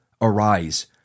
Arise